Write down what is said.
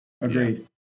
Agreed